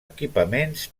equipaments